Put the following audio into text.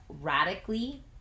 radically